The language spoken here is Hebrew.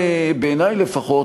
בעיני לפחות,